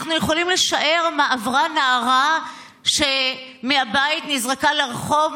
אנחנו יכולים לשער מה עברה נערה שמהבית נזרקה לרחוב,